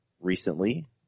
recently